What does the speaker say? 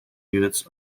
units